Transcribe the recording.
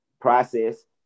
process